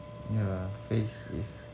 yeah face is